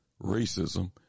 racism